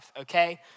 okay